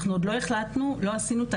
אנחנו עוד לא החלטנו ועוד לא עשינו את